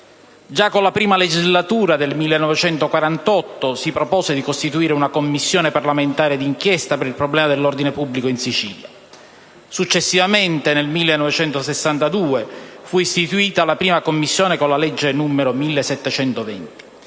Già con la I Legislatura del 1948 si propose di costituire una Commissione parlamentare d'inchiesta per il problema dell'ordine pubblico in Sicilia. Successivamente, nel 1962, fu istituita la prima Commissione con la legge n.1720.